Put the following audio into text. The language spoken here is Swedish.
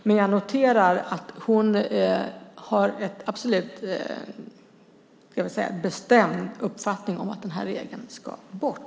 Men jag noterar att hon har en absolut bestämd uppfattning om att den här regeln ska bort.